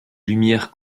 lumières